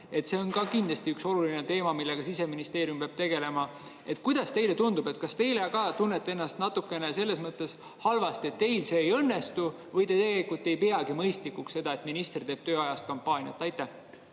see on kindlasti üks oluline teema, millega Siseministeerium peab tegelema. Kuidas teile tundub? Kas teie ka tunnete ennast selles mõttes natukene halvasti, et teil see ei õnnestu, või te ei peagi tegelikult mõistlikuks seda, et minister teeb tööajast kampaaniat? Aitäh!